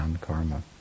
karma